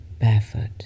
barefoot